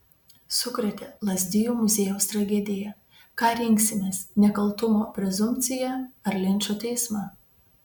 sukrėtė lazdijų muziejaus tragedija ką rinksimės nekaltumo prezumpciją ar linčo teismą